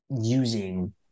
using